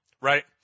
right